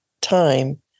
time